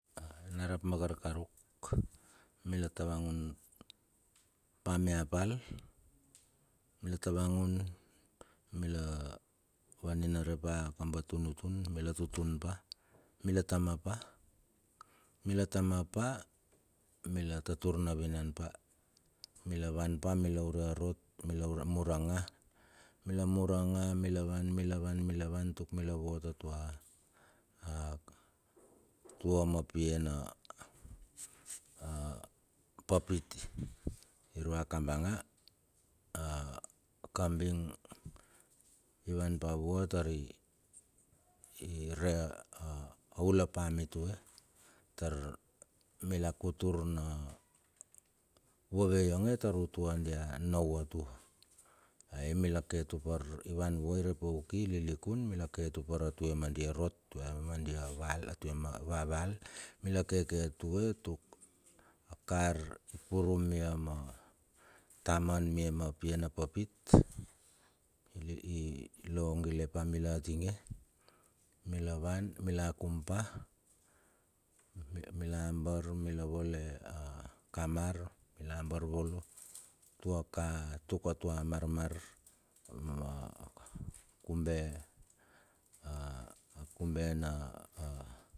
Narap makarkaruk, mila tavangun pa mia pal mila, tavangun mila vaninare pa akapa tunutun mila tutun, pa mila tama pa, mila tama pa, mila tatur na vinan pa, mila avan pa mila ure a rot mila mur a nga mila mur a nga mila van, mila van, mila van tuk mila vot atua a tua ma pia na a papit. Irua kabanga a kabing ivan pa vua tari ire a ulapa mitue, tar mila kutur na vove yonge tar utua diar nau atua. Ai mila ke tupar ivan vua ire pauki, i lilikun ai mila ke tupar atie ma dia rot, a dia val, atuma vaval. Mila keke atua tuk a kar i purum mia ma taman mia ma pia napapit i i logile pa mila atinge, mila van mila akum pa mila abar mila vele a kamar mila abar volo atuaka, tuk atua marmar kube a a kube na a.